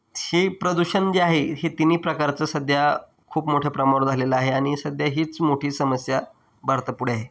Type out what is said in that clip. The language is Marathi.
हे प्रदूषण जे आहे हे तिन्ही प्रकारचं सध्या खूप मोठ्या प्रमाणावर झालेलं आहे आणि सध्या हीच मोठी समस्या भारतापुढे आहे